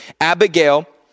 Abigail